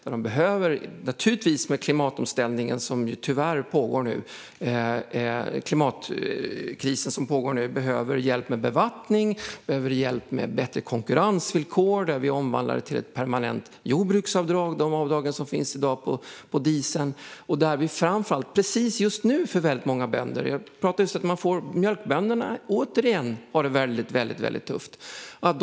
I den klimatkris som tyvärr pågår behöver de hjälp med bevattning och bättre konkurrensvillkor där vi omvandlar de avdrag som i dag finns på exempelvis diesel till ett permanent jordbruksavdrag. Särskilt mjölkbönderna har det väldigt tufft just nu, som jag nämnde tidigare.